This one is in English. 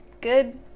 good